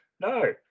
no